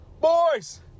Boys